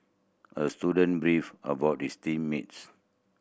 the student beefed about his team mates